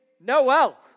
Noel